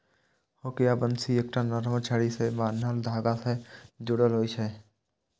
hook या बंसी एकटा नमहर छड़ी सं बान्हल धागा सं जुड़ल होइ छै